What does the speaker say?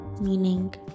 meaning